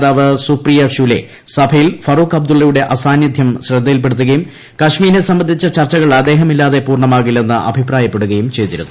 നേതാവ് സൂപ്രിയ ശൂലെ സഭയിൽ ഫറൂഖ് അബ്ദുള്ളയുടെ അസാന്നിധൃം ശ്രദ്ധയിൽപ്പെടുത്തുകയും കാശ്മീരിനെ സംബന്ധിച്ച ചർച്ചകൾ അദ്ദേഹമില്ലാതെ പൂർണ്ണമാകില്ലെന്ന് അഭിപ്രായപ്പെടുകയും ചെയ്തിരുന്നു